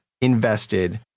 invested